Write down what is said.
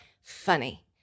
funny